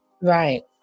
Right